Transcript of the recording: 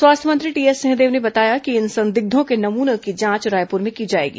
स्वास्थ्य मंत्री टीएस सिंहदेव ने बताया है कि इन संदिग्धों के नमूने की जांच रायपुर में की जाएगी